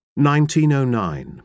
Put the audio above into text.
1909